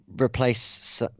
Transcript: replace